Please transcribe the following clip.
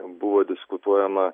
buvo diskutuojama